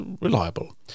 reliable